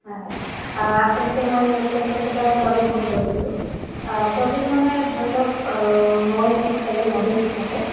হয় হয় আচলতে মই প্ৰজেক্ট এটাৰ বাবে ফোন কৰিছিলোঁ প্ৰজেক্ট মানে ধৰি লওক মই এজ এ মডেল হিচাপে